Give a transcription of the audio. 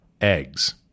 eggs